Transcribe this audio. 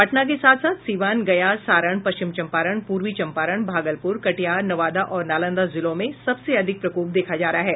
पटना के साथ साथ सीवान गया सारण पश्चिम चम्पारण पूर्वी चम्पारण भागलपुर कटिहार नवादा और नालंदा जिलों में सबसे अधिक प्रकोप देखा जा रहा है